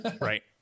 right